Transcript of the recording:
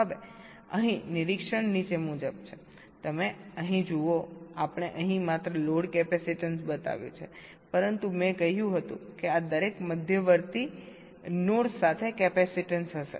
હવે અહીં નિરીક્ષણ નીચે મુજબ છેતમે અહીં જુઓ આપણે અહીં માત્ર લોડ કેપેસીટન્સ બતાવ્યું છે પરંતુ મેં કહ્યું હતું કે આ દરેક મધ્યવર્તી નોડ્સ સાથે કેપેસીટન્સ હશે